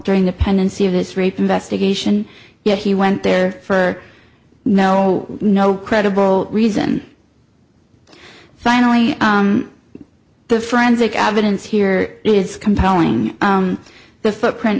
during the pendency of this rape investigation yet he went there for no no credible reason finally the forensic evidence here is compelling the footprint